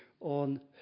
on